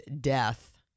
death